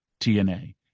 TNA